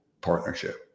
partnership